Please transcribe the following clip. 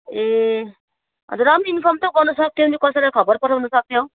ए अन्त र पनि त इन्फर्म त गर्नु सक्थ्यौ नि कसैलाई खबर पठाउनु सक्थ्यौ